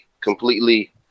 completely